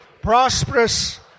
prosperous